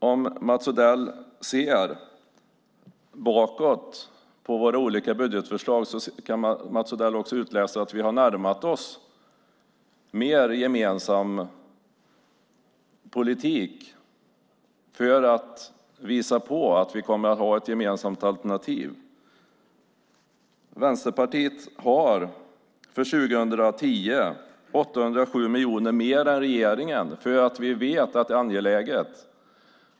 Om Mats Odell ser bakåt på våra olika budgetförslag kan Mats Odell också utläsa att vi har närmat oss en mer gemensam politik för att visa att vi kommer att ha ett gemensamt alternativ. För 2010 har Vänsterpartiet 807 miljoner mer än regeringen eftersom vi vet att detta är angeläget.